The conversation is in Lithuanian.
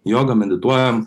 jogą medituojam